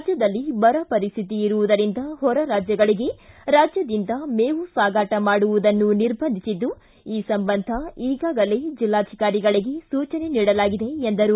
ರಾಜ್ಯದಲ್ಲಿ ಬರ ಪರಿಸ್ಥಿತಿ ಇರುವುದರಿಂದ ಹೊರ ರಾಜ್ಯಗಳಿಗೆ ರಾಜ್ಯದಿಂದ ಮೇವು ಸಾಗಾಟ ಮಾಡುವುದನ್ನು ನಿರ್ಬಂಧಿಸಿದ್ದು ಈ ಸಂಬಂಧ ಈಗಾಗಲೇ ಜಿಲ್ಲಾಧಿಕಾರಿಗಳಿಗೆ ಸೂಚನೆ ನೀಡಲಾಗಿದೆ ಎಂದರು